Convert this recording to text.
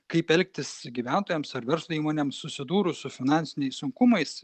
kaip elgtis gyventojams ar verslo įmonėms susidūrus su finansiniais sunkumais